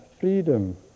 freedom